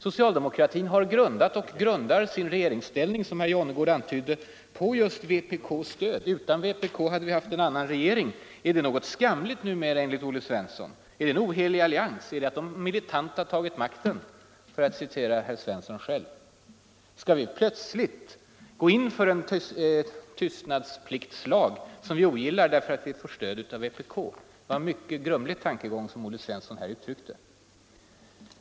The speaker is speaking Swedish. Socialdemokratin har grundat och grundar sin regeringsställning, som herr Jonnergård antydde, på just vpk:s stöd. Utan vpk hade vi haft en annan regering. Är det något skamligt numera enligt Olle Svensson? Är det en ”ohelig allians”? Är det att ”de militanta” har tagit makten, för att citera Olle Svensson själv. Skall vi plötsligt gå in för en tystnadspliktslag, som vi ogillar, därför att vi får stöd av vpk? Det var en mycket grumlig tankegång som Olle Svensson här uttryckte.